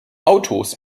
autos